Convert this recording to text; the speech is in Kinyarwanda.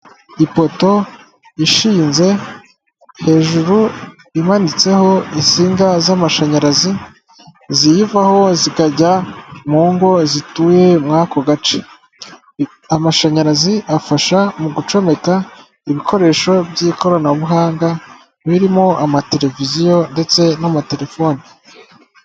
Ipoto ishinze, hejuru imanitseho insinga z'amashanyarazi ziyivaho, zikajya mu ngo zituye muri ako gace. Amashanyarazi afasha mu gucomeka ibikoresho by'ikoranabuhanga, birimo amatereviziyo, ndetse n'amaterefoni.